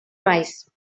maiz